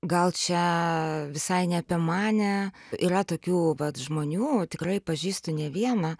gal čia visai ne apie mane yra tokių vat žmonių tikrai pažįstu ne vieną